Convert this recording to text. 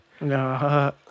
No